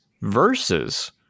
versus